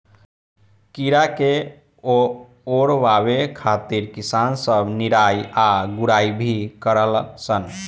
कीड़ा के ओरवावे खातिर किसान सब निराई आ गुड़ाई भी करलन सन